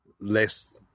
less